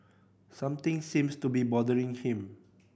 something seems to be bothering him